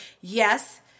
yes